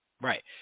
Right